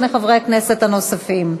שני חברי הכנסת הנוספים.